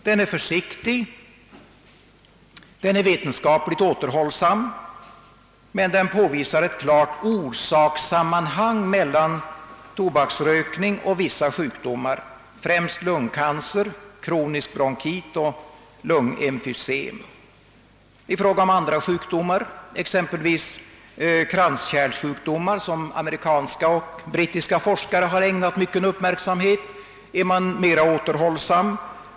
Den är försiktig, den är vetenskapligt återhållsam, men den påvisar ett klart orsakssammanhang mellan tobaksrökning och vissa sjukdomar, främst lungcancer, kronisk bronkit och lungemfysem. I fråga om andra sjukdomar, exempelvis kranskärlssjukdomar, som amerikanska och brittiska forskare har ägnat mycken uppmärksamhet åt är man mera återhållsam.